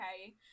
okay